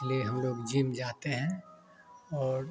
इसलिए हम लोग जिम जाते है और